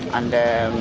and